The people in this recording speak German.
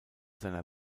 seiner